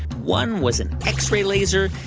one was an x-ray laser,